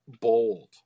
bold